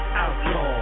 outlaw